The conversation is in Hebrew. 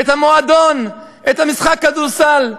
את המועדון, את משחק הכדורסל.